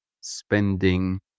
spending